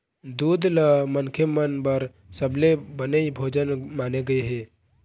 दूद ल मनखे मन बर सबले बने भोजन माने गे हे